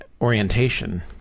orientation